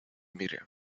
мире